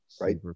Right